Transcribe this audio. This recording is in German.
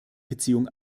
beziehung